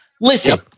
Listen